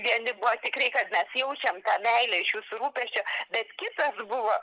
vieni buvo tikrai kad mes jaučiam tą meilę iš jūsų rūpesčio bet kitas buvo